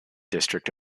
district